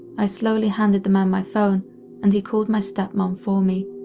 i slowly handed the man my phone and he called my step-mom for me.